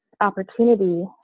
opportunity